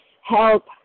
help